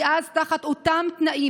תחת אותם תנאים,